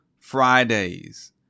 Fridays